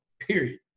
period